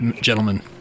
gentlemen